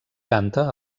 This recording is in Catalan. canta